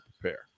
prepare